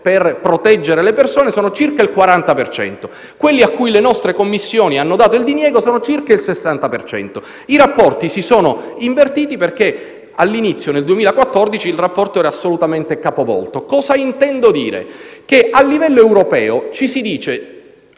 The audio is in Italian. per proteggere le persone, sono stati circa il 40 per cento e quelli a cui le nostre Commissioni hanno dato il diniego sono circa il 60 per cento. I rapporti si sono invertiti, perché nel 2014 il rapporto era assolutamente capovolto. Cosa intendo dire? Che a livello europeo ci si dice